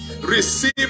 Receive